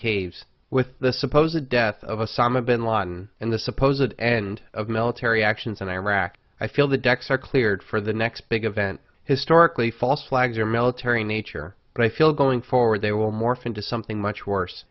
caves with the supposed to death of osama bin laden and the supposedly end of military actions in iraq i feel the decks are cleared for the next big event historically false flags or military nature but i feel going forward they will morph into something much worse